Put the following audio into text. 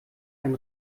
ein